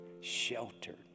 sheltered